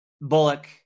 Bullock